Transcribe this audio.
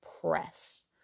press